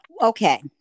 Okay